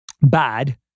bad